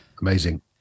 Amazing